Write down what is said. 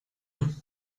and